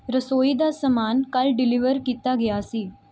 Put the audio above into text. ਰਸੋਈ ਦਾ ਸਮਾਨ ਕੱਲ੍ਹ ਡਲੀਵਰ ਕੀਤਾ ਗਿਆ ਸੀ